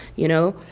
you know?